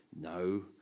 No